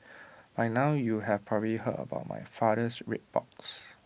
by now you have probably heard about my father's red box